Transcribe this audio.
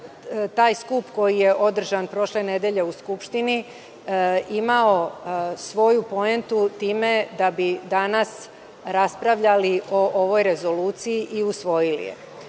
taj skup koji je održan prošle nedelje u Skupštini imao svoju poentu time da bi danas raspravljali o ovoj rezoluciji i usvojili